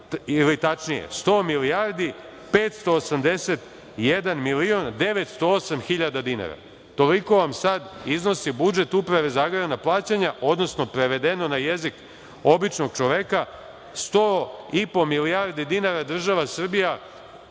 100 milijardi, ili tačnije, 100.581.908.000 dinara. Toliko vam sada iznosi budžet Uprave za agrarna plaćanja, odnosno prevedeno na jezik običnog čoveka, 100,5 milijardi dinara država Srbija